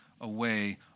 away